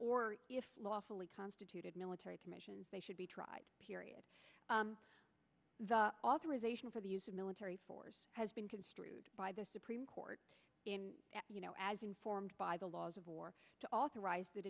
or if lawfully constituted military commissions they should be tried period the authorization for the use of military force has been construed by the supreme court you know as informed by the laws of war to authorize th